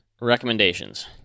Recommendations